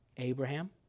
Abraham